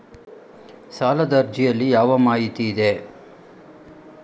ಸಾಲದ ಅರ್ಜಿಯಲ್ಲಿ ಯಾವ ಮಾಹಿತಿ ಇದೆ?